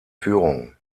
führung